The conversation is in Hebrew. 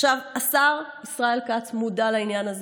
עכשיו, השר ישראל כץ מודע לעניין הזה.